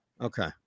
Okay